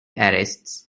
arrest